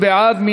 מי בעד?